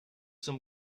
zum